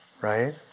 right